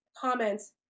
comments